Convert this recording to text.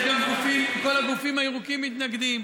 כל הגופים הירוקים מתנגדים.